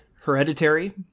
Hereditary